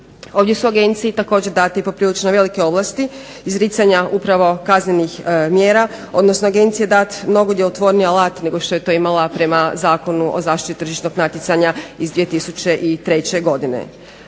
Ovdje su Agenciji također date poprilično velike ovlasti izricanja upravo kaznenih mjera, odnosno Agenciji je dat mnogo djelotvorniji alat nego što je to imala prema Zakonu o zaštiti tržišnog natjecanja iz 2003. godine.